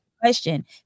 question